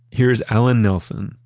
here's alan nelson,